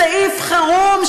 סעיף חירום,